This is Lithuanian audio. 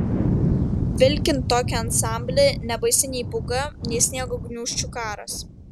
vilkint tokį ansamblį nebaisi nei pūga nei sniego gniūžčių karas